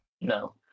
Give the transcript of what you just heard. No